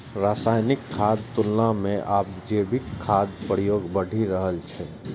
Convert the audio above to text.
रासायनिक खादक तुलना मे आब जैविक खादक प्रयोग बढ़ि रहल छै